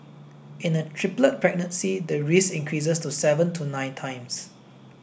in a triplet pregnancy the risk increases to seven to nine times